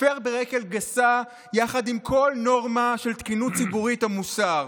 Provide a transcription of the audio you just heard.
הפר ברגל גסה יחד עם כל נורמה של תקינות ציבורית או מוסר.